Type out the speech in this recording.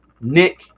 Nick